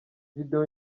video